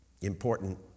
Important